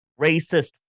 racist